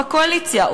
בקואליציה,